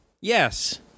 Yes